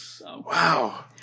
Wow